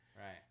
Right